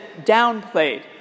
downplayed